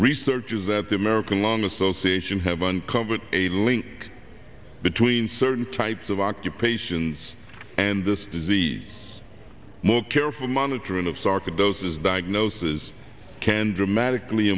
research does that the american lung association have uncovered a link between certain types of occupations and this disease more careful monitoring of sarcoidosis diagnosis can dramatically